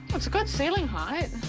it's a good ceiling height.